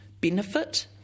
benefit